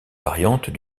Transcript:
variantes